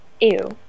ew